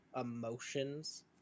emotions